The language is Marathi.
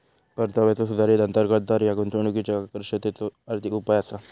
परताव्याचा सुधारित अंतर्गत दर ह्या गुंतवणुकीच्यो आकर्षकतेचो आर्थिक उपाय असा